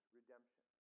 redemption